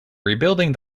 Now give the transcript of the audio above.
rebuilding